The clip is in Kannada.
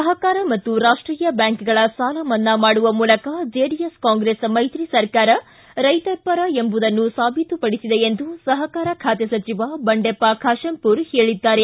ಸಹಕಾರ ಮತ್ತು ರಾಷ್ಟೀಯ ಬ್ಯಾಂಕ್ಗಳ ಸಾಲ ಮನ್ನಾ ಮಾಡುವ ಮೂಲಕ ಜೆಡಿಎಸ್ ಕಾಂಗ್ರೆಸ್ ಮೈತ್ರಿ ಸರ್ಕಾರ ರೈತ ಪರ ಎಂಬುದನ್ನು ಸಾಬೀತುಪಡಿಸಿದೆ ಎಂದು ಸಹಕಾರ ಖಾತೆ ಸಚಿವ ಬಂಡೆಪ್ಪ ಖಾತೆಂಪುರ್ ಹೇಳಿದ್ದಾರೆ